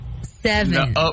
seven